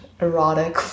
erotic